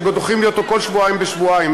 שדוחים לי כל שבועיים בשבועיים,